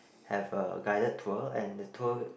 have a guided tour and the tour